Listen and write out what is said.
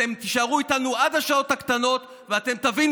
אתם תישארו איתנו עד השעות הקטנות ואתם תבינו